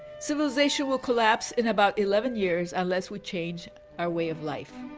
civilization will collapse in about eleven years, unless we change our way of life.